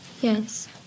Yes